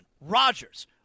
Rodgers